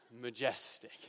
Majestic